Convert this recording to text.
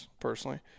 personally